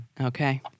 Okay